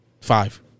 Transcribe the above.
five